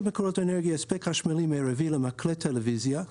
מקורות אנרגיה (הספק חשמלי מרבי למקלט טלוויזיה),